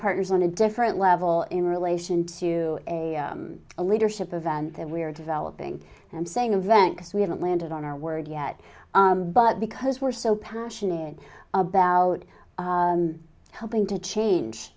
partners on a different level in relation to a leadership event that we're developing and i'm saying event because we haven't landed on our word yet but because we're so passionate about helping to change